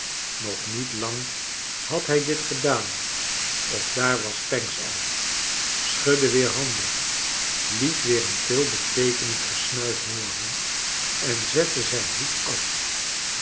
nog niet lang had hij dit gedaan of daar was pancks al schudde weer handen liet weer een veelbeteekenend gesnuif hooren en zette zijn hoed af